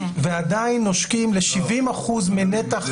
ועדיין נושקים ל-70 אחוזים מנתח --- לא,